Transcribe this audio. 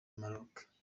maroke